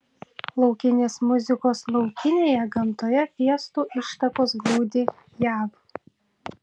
laukinės muzikos laukinėje gamtoje fiestų ištakos glūdi jav